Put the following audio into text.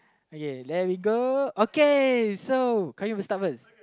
okay there we go okay so Qayyum will start first